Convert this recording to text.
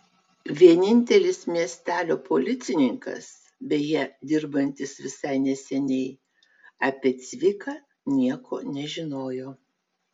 vienintelis miestelio policininkas beje dirbantis visai neseniai apie cviką nieko nežinojo